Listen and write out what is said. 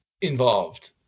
involved